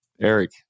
Eric